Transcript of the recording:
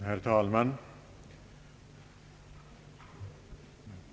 Herr talman!